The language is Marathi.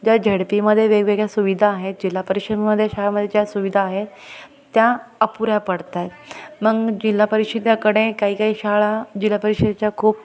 ज्या झड पीमध्ये वेगवेगळ्या सुविधा आहेत जिल्हा परिषदेमध्ये शाळामध्ये ज्या सुविधा आहेत त्या अपुऱ्या पडत आहेत मग जिल्हा परिषदेकडे काही काही शाळा जिल्हा परिषदेच्या खूप